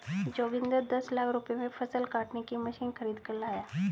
जोगिंदर दस लाख रुपए में फसल काटने की मशीन खरीद कर लाया